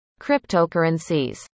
cryptocurrencies